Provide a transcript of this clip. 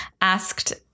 asked